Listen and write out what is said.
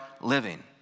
living